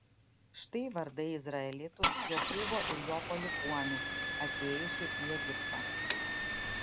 štai vardai izraelitų jokūbo ir jo palikuonių atėjusių į egiptą